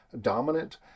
dominant